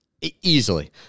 easily